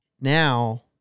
Now